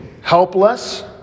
helpless